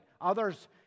Others